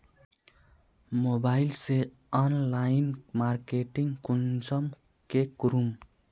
Mobile से online marketing कुंसम के करूम?